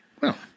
Well